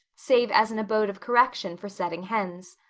save as an abode of correction for setting hens.